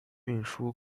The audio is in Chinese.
运输